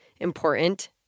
important